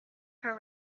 her